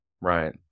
Right